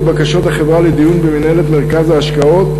בקשות החברה לדיון במינהלת מרכז ההשקעות,